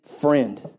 friend